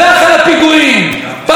לא רק באתרים של הימין,